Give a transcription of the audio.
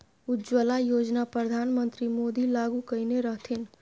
उज्जवला योजना परधान मन्त्री मोदी लागू कएने रहथिन